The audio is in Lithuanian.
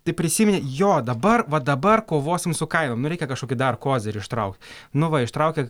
tai prisiminė jo dabar va dabar kovosim su kainom nu reikia kažkokį dar kozirį ištraukt nu va ištraukė